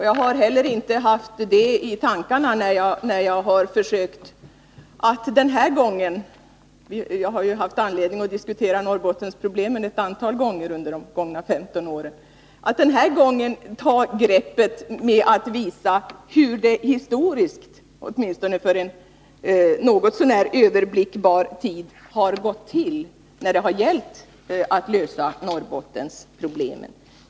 Jag har heller inte haft detta i tankarna när jag har försökt att den här gången — jag har ju haft anledning att diskutera Norrbottenproblemen ett antal gånger under de gångna 15 åren — ta greppet med att visa hur det historiskt, åtminstone för en något så när överblickbar tid, har gått till när det gällt att lösa Norrbottenproblemen.